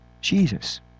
Jesus